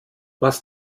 was